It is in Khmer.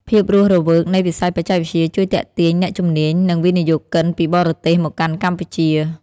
ភាពរស់រវើកនៃវិស័យបច្ចេកវិទ្យាជួយទាក់ទាញអ្នកជំនាញ និងវិនិយោគិនពីបរទេសមកកាន់កម្ពុជា។